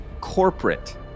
corporate